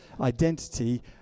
identity